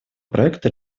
проекта